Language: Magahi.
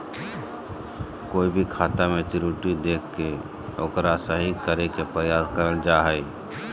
कोय भी खाता मे त्रुटि देख के ओकरा सही करे के प्रयास करल जा हय